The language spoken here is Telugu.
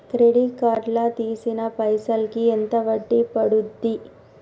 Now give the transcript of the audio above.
క్రెడిట్ కార్డ్ లా తీసిన పైసల్ కి ఎంత వడ్డీ పండుద్ధి?